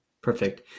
Perfect